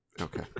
okay